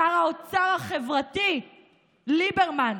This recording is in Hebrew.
שר האוצר החברתי ליברמן,